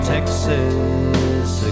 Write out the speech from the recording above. Texas